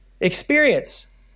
Experience